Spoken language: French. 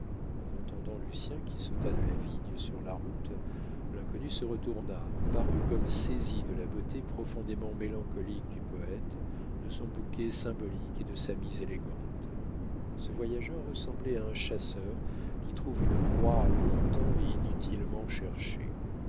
en entendant lucien qui sauta de la vigne sur la route l'inconnu se retourna parut comme saisi de la beauté profondément mélancolique du poète de son bouquet symbolique et de sa mise élégante ce voyageur ressemblait à un chasseur qui trouve une proie long-temps et inutilement cherchée